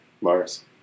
Mars